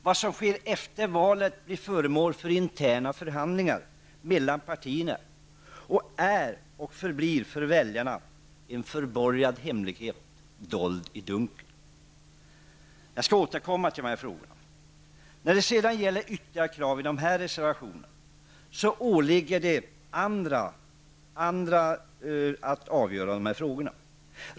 Vad som sker efter valet blir föremål för interna förhandlingar mellan partierna och är och förblir för väljarna en förborgad hemlighet dold i dunkel. Jag skall återkomma till dessa frågor. När det sedan gäller ytterligare krav i dessa reservationer åligger det andra att avgöra dessa frågor.